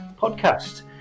podcast